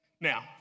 Now